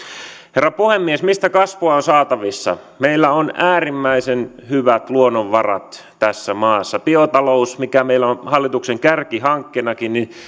herra puhemies mistä kasvua on saatavissa meillä on äärimmäisen hyvät luonnonvarat tässä maassa biotaloudessa mikä meillä on hallituksen kärkihankkeenakin